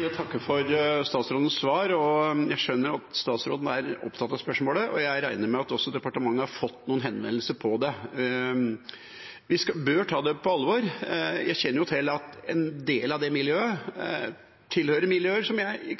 Jeg takker for statsrådens svar. Jeg skjønner at statsråden er opptatt av spørsmålet, og jeg regner med at departementet også har fått noen henvendelser om dette. Vi bør ta det på alvor. Jeg kjenner jo til at en del av det miljøet tilhører miljøer som jeg i